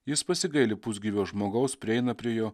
jis pasigaili pusgyvio žmogaus prieina prie jo